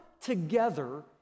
together